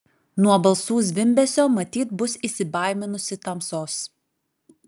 nuo balsų zvimbesio matyt bus įsibaiminusi tamsos